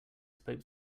spoke